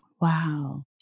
Wow